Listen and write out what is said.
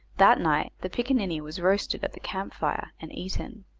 that night the picaninny was roasted at the camp fire, and eaten.